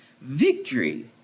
victory